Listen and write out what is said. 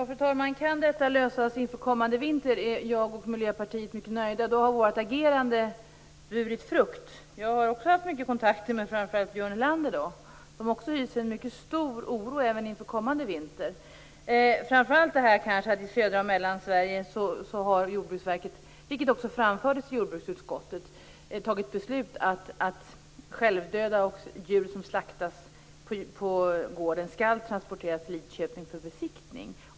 Fru talman! Kan detta lösas inför kommande vinter är jag och Miljöpartiet mycket nöjda. Då har vårt agerande burit frukt. Jag har också haft mycket kontakt med framför allt Björn Helander, som också hyser en mycket stor oro inför kommande vinter. Framför allt beror det på att Jordbruksverket för södra Sverige och Mellansverige, vilket också framfördes i jordbruksutskottet, har fattat beslut om att självdöda djur och djur som slaktas på gården skall transporteras till Lidköping för besiktning.